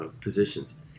positions